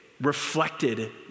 reflected